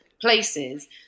places